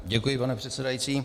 Děkuji, pane předsedající.